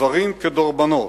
דברים כדרבונות.